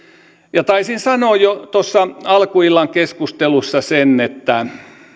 taisin sanoa jo tuossa alkuillan keskustelussa sen että